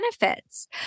benefits